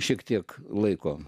šiek tiek laiko